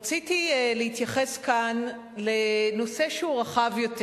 רציתי להתייחס כאן לנושא שהוא רחב יותר,